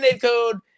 Code